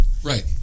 Right